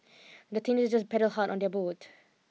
the teenagers paddled hard on their boat